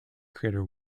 creators